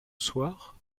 soir